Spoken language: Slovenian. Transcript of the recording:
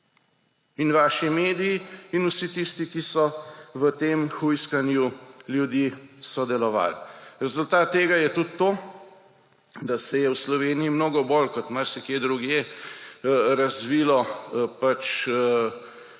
in vaši mediji in vsi tisti, ki so v tem hujskanju ljudi sodelovali. Rezultat tega je tudi to, da se je v Sloveniji mnogo bolj kot marsikje drugje, razvil odpor